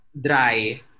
dry